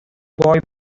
boy